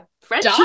French